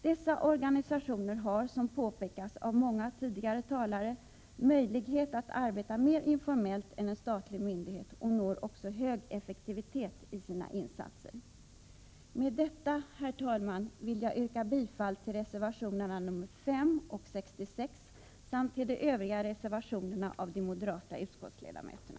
Dessa organisationer har, som påpekats av många tidigare talare, möjlighet att arbeta mer informellt än en statlig myndighet och når också hög effektivitet i sina insatser. Med detta, herr talman, vill jag yrka bifall till reservationerna 5 och 66 samt till de övriga reservationerna av de moderata utskottsledamöterna.